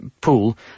pool